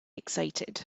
excited